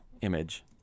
image